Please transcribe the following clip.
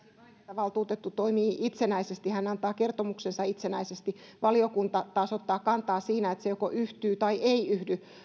valtuutettu toimii itsenäisesti hän antaa kertomuksensa itsenäisesti valiokunta taas ottaa kantaa sillä että se joko yhtyy tai ei yhdy